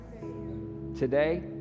Today